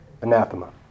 anathema